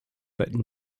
but